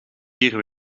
vier